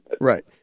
right